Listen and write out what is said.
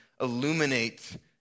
illuminate